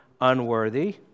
unworthy